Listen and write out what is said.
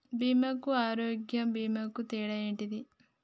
బీమా కు ఆరోగ్య బీమా కు తేడా ఏంటిది?